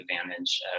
advantage